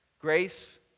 Grace